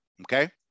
okay